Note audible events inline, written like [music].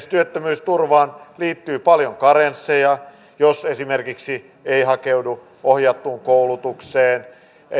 [unintelligible] työttömyysturvaan liittyy paljon karensseja jos esimerkiksi ei hakeudu ohjattuun koulutukseen ei